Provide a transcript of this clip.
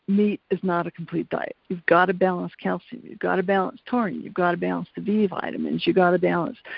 meat is not a complete diet. you've gotta balance calcium, you've gotta balance taurine, you've gotta balance the b vitamins, you gotta balance.